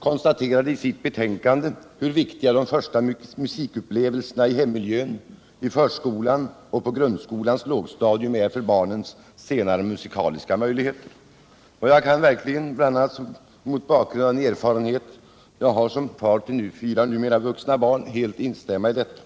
konstaterar i sitt betänkande hur viktiga de första musikupplevelserna i hemmiljön, i förskolan och på grundskolans lågstadium är för barnens senare musikaliska möjligheter. Jag kan verkligen, bl.a. mot bakgrund av den erfarenhet jag har som far till fyra numera vuxna barn, helt instämma i detta.